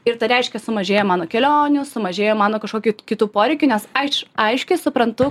ir tai reiškia sumažėja mano kelionių sumažėjo mano kažkokių kitų poreikių nes aš aiškiai suprantu